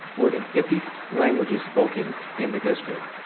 more than fifty languages spoken in the district.